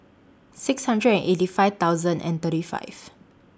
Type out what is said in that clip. six hundred and eighty five thousand and thirty five